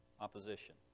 opposition